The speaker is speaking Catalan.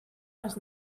les